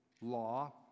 law